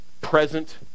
present